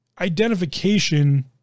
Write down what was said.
identification